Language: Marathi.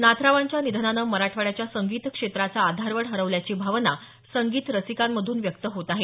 नाथरावांच्या निधनानं मराठवाड्याच्या संगीत क्षेत्राचा आधारवड हरवल्याची भावना संगीत रसिकांमधून व्यक्त होत आहे